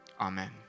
Amen